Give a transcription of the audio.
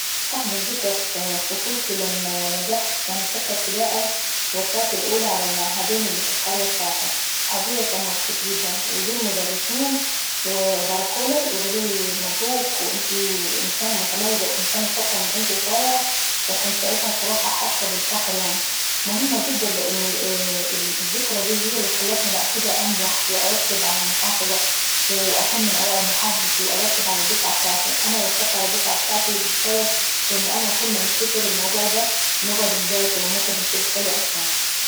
افضل في ذكرى في طفولتي لما نجحت في سنة ساتة ابتدائاي وطلعت الاولي على المعهدين اللي في قريتاي. وأبويا كان مبسوط جدا، وجو المدرسين وباركولاي، وقالولي مبروك، وانتي انسانة متميزة وانسانة شاطرة من انيت وظغيرة. فكنت ساعتها صراحة حاسة بالفخر يعناي. مهمة جدا لان الذكرى دي اللي خلتني بعد كديه انجح وارتب على المحافظة واكون من اوائل محافظتي وارتب على الدفعة ابتاعتاي. انا رتبت على الدفعة بتاعتاي ابسبب اني كل ما نفتكر الموضوع دا نقعد نذاكر ونقعد انشد حيلي اكتر.